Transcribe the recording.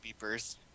beepers